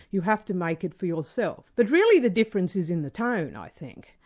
you have to make it for yourself. but really the difference is in the tone i think.